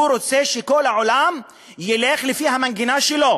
הוא רוצה שכל העולם ילך לפי המנגינה שלו,